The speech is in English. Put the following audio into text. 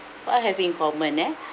what have in common eh